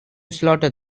slaughter